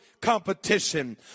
competition